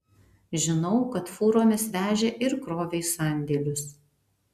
žinau kad fūromis vežė ir krovė į sandėlius